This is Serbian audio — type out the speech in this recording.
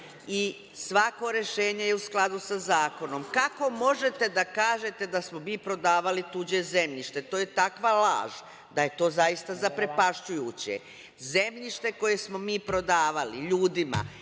i svako rešenje je u skladu sa zakonom. Kako možete da kažete da smo mi prodavali tuđe zemljište? To je takva laž da je to zaista zaprepašćujuće. Zemljište koje smo mi prodavali ljudima